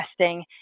testing